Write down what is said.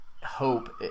hope